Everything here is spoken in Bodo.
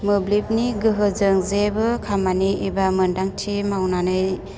मोब्लिबनि गोहोजों जेबो खामानि एबा मोनदांथि मावनानै